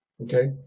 okay